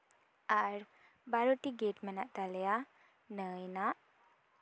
ᱟᱨ ᱵᱟᱨᱚᱴᱤ ᱜᱮᱴ ᱢᱮᱱᱟᱜ ᱛᱟᱞᱮᱭᱟ ᱱᱟᱹᱭ ᱱᱟᱜ